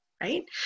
right